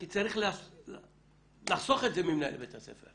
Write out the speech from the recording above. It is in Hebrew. כי צריך לחסוך את זה ממנהל בית הספר,